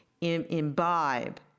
imbibe